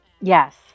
yes